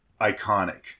Iconic